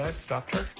um stopped her?